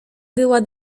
była